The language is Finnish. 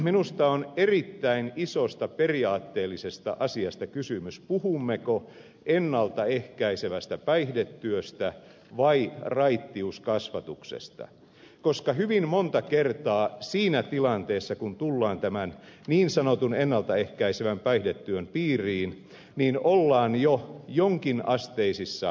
minusta on erittäin isosta periaatteellisesta asiasta kysymys siinä puhummeko ennalta ehkäisevästä päihdetyöstä vai raittiuskasvatuksesta koska hyvin monta kertaa siinä tilanteessa kun tullaan tämän niin sanotun ennalta ehkäisevän päihdetyön piiriin ollaan jo jonkinasteisissa ongelmissa